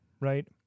right